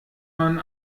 man